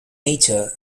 nature